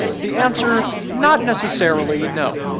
the answer not necessarily no.